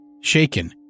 Shaken